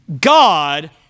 God